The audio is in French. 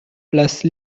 place